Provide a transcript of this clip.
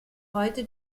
heute